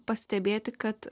pastebėti kad